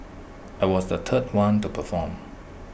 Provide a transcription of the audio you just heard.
I was the third one to perform